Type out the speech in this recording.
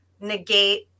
negate